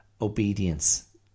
obedience